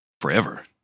forever